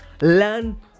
learn